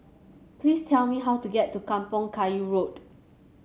please tell me how to get to Kampong Kayu Road